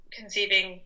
conceiving